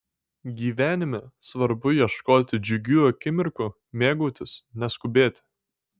gyvenime svarbu ieškoti džiugių akimirkų mėgautis neskubėti